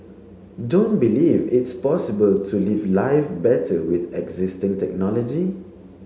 don't believe it's possible to live life better with existing technology